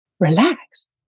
relax